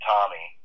Tommy